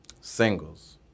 singles